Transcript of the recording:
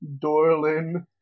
Dorlin